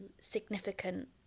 significant